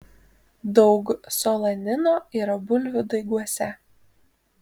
daug solanino yra bulvių daiguose